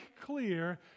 clear